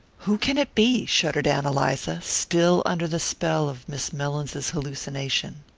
who can it be? shuddered ann eliza, still under the spell of miss mellins's hallucination.